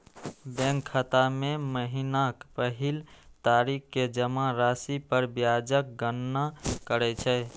bank खाता मे महीनाक पहिल तारीख कें जमा राशि पर ब्याजक गणना करै छै